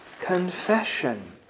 Confession